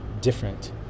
different